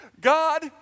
God